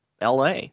la